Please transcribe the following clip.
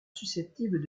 susceptibles